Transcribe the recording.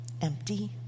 Empty